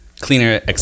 cleaner